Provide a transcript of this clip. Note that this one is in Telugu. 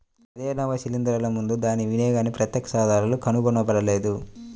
పదిహేనవ శిలీంద్రాలు ముందు దాని వినియోగానికి ప్రత్యక్ష ఆధారాలు కనుగొనబడలేదు